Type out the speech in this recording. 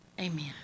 Amen